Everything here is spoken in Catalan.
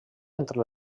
entre